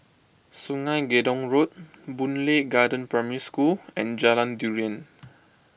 Sungei Gedong Road Boon Lay Garden Primary School and Jalan Durian